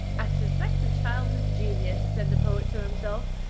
i suspect the child's a genius, said the poet to himself,